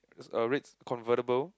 it's a reds uh convertible